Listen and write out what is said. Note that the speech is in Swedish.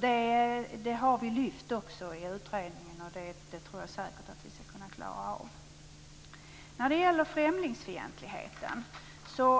Detta har vi lyft fram i utredningen, och jag tror säkert att vi skall kunna klara av det. När det gäller främlingsfientligheten